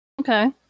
Okay